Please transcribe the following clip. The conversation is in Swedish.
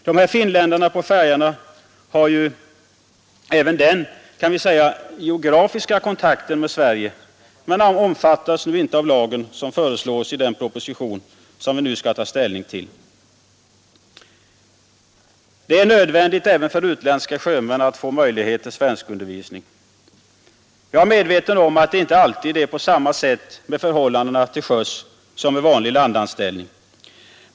De här finländarna på färjorna har ju även, kan vi säga, den geografiska kontakten med Sverige — men de omfattas inte av lagen som föreslås i den proposition som vi nu skall ta ställning till. Det är nödvändigt även för utländska sjömän att få möjlighet till svenskundervisning. Jag är medveten om att det inte alltid är på samma sätt med förhållandena till sjöss som vid vanlig landanställning.